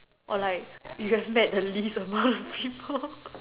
or like you have met the least amount of people